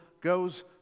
goes